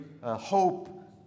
hope